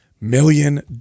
million